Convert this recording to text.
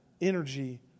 energy